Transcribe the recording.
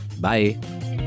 Bye